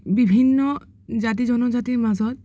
বিভিন্ন জাতি জনজাতিৰ মাজত